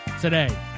today